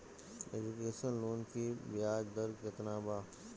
Education loan की ब्याज दर केतना बा?